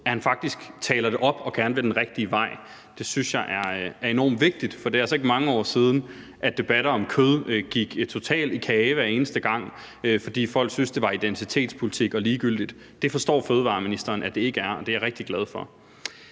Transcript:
at han faktisk taler den op og gerne vil den rigtige vej. Det synes jeg er enormt vigtigt, for det er altså ikke mange år siden, at debatter om kød gik totalt i kage hver eneste gang, fordi folk syntes, at det var identitetspolitik og ligegyldigt. Det forstår fødevareministeren at det ikke er, og det er jeg rigtig glad for.